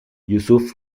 yusuf